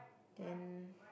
then